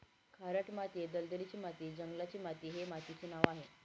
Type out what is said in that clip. खारट माती, दलदलीची माती, जंगलाची माती हे मातीचे नावं आहेत